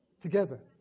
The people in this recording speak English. together